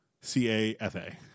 C-A-F-A